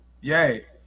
yay